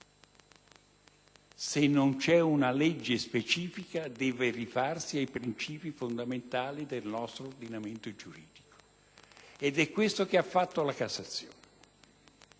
Se non c'è una legge specifica, deve rifarsi ai principi fondamentali del nostro ordinamento giuridico ed è questo che ha fatto la Cassazione,